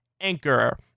Anchor